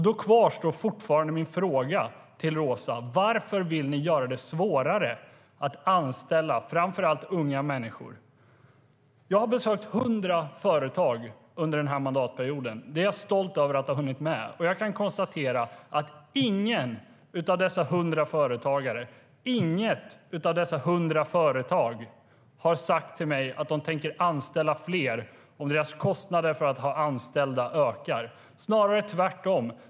Då kvarstår fortfarande min fråga till Rosa: Varför vill ni göra det svårare att anställa, framför allt unga människor? Jag har besökt hundra företag under den här mandatperioden - det är jag stolt över att ha hunnit med - och kan konstatera att ingen av dessa hundra företag och företagare har sagt till mig att de tänker anställa fler om deras kostnader för att ha anställda ökar - snarare tvärtom.